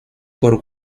por